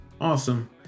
Awesome